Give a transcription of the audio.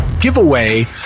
giveaway